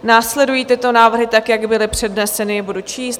Následují tyto návrhy, tak jak byly předneseny, je budu číst.